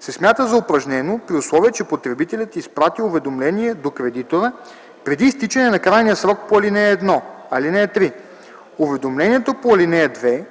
се смята за упражнено при условие, че потребителят изпрати уведомление до кредитора преди изтичане на крайния срок по ал. 1. (3) Уведомлението по ал. 2